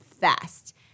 fast